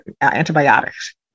antibiotics